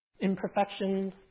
imperfections